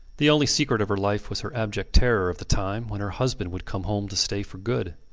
the only secret of her life was her abject terror of the time when her husband would come home to stay for good.